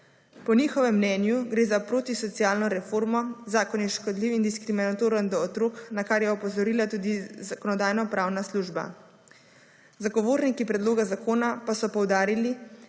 Po njihovem mnenju gre za protisocialno reformo, zakon je škodljiv in diskriminatoren do otrok, na kar je opozorila tudi Zakonodajno-pravna služba. Zagovorniki predloga zakona pa so poudarili,